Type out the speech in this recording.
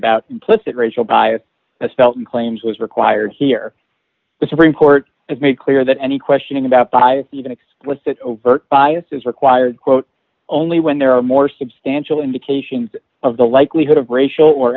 about implicit racial bias as felt in claims was required here the supreme court has made clear that any questioning about by even explicit overt bias is required quote only when there are more substantial indications of the likelihood of racial or